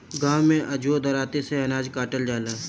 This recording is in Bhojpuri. गाँव में अजुओ दराँती से अनाज काटल जाला